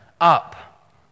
up